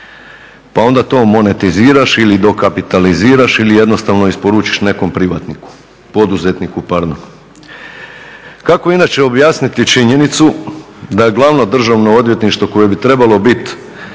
pa onda to monetiziraš ili dokapitaliziraš ili jednostavno isporučiš nekom privatniku, poduzetniku pardon. Kako inače objasniti činjenicu da je Glavno državno odvjetništvo koje bi trebalo biti